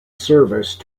service